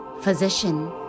physician